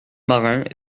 marins